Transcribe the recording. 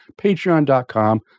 patreon.com